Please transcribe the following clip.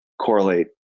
correlate